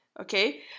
okay